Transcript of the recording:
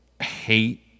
hate